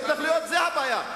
ההתנחלויות הן הבעיה.